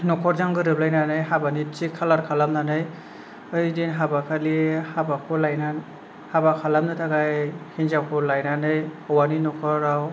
नखरजों गोरोबलायनानै हाबानि थि कलार खालामनानै बैदिन हाबाखालि हाबाखौ लायनानै हाबा खालामनो थाखाय हेनजावखौ लायनानै हौवानि नखराव